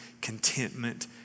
contentment